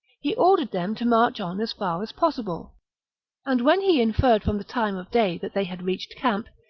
he ordered them to march on as far as possible and when he inferred from the time of day that they had reached camp,